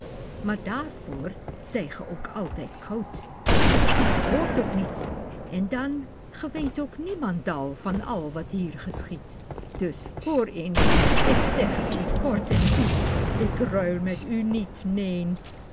maar daarvoor zijt ge ook altijd koud gij ziet of hoort ook niet en dan ge weet ook niemendal van al wat hier geschiedt dus hoor eens k zeg u kort en goed ik ruil met u niet neen